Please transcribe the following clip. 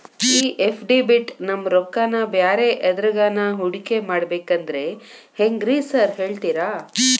ಈ ಎಫ್.ಡಿ ಬಿಟ್ ನಮ್ ರೊಕ್ಕನಾ ಬ್ಯಾರೆ ಎದ್ರಾಗಾನ ಹೂಡಿಕೆ ಮಾಡಬೇಕಂದ್ರೆ ಹೆಂಗ್ರಿ ಸಾರ್ ಹೇಳ್ತೇರಾ?